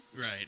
Right